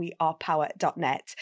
wearepower.net